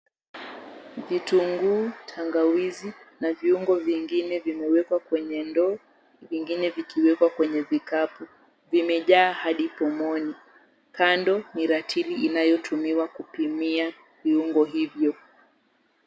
Vitunguu, tangawizi na viungo vingine vimewekwa kwenye ndoo, vingine vikiwekwa kwenye vikapu. Vimejaa hadi pomoni. Kando ni ratili inayotumiwa kupimia viungo hivyo.